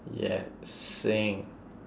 yes sing